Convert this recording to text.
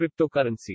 cryptocurrency